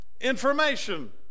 information